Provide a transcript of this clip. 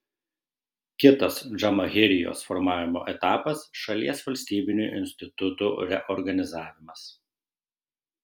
kitas džamahirijos formavimo etapas šalies valstybinių institutų reorganizavimas